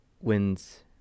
wins